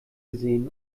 gesehen